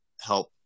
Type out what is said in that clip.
help